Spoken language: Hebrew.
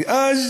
ואז